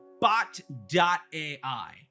bot.ai